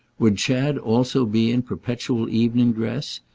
would chad also be in perpetual evening dress?